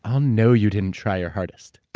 um no, you didn't try your hardest.